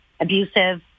abusive